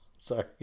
Sorry